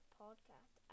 podcast